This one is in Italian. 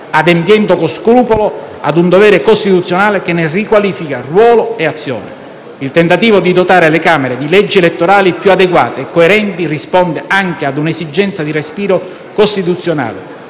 adempiendo con scrupolo ad un dovere costituzionale che ne riqualifica ruolo e azione. Il tentativo di dotare le Camere di leggi elettorali più adeguate e coerenti risponde anche a un'esigenza di respiro costituzionale,